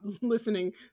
listening